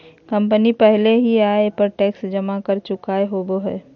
company पहले ही आय पर टैक्स जमा कर चुकय होबो हइ